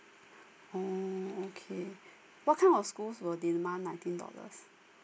oh okay what kind of schools will demand nineteen dollars